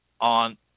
on